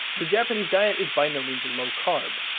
the japanese diet is by no means low carb,